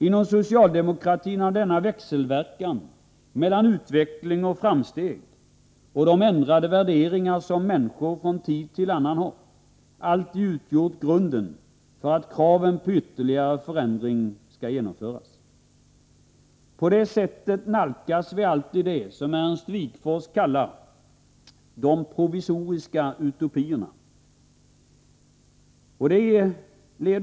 Inom socialdemokratin har denna växelverkan mellan samhällelig utveckling och framsteg och människors från tid till annan ändrade värderingar alltid utgjort grunden för kraven på att ytterligare förändringar skall genomföras. På det sättet nalkas vi det som Ernst Wigforss kallar ”de provisoriska utopierna”.